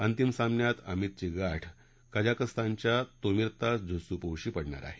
अंतिम सामन्यात अमितची गाठ कझाकस्तानच्या तोमिर्तास झुस्सुपोव्हशी पडणार आहे